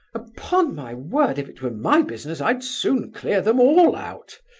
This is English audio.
upon my word, if it were my business, i'd soon clear them all out!